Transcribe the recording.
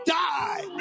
die